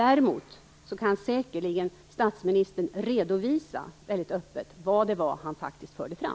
Däremot kan statsministern säkerligen väldigt öppet redovisa vad det var som han faktiskt förde fram.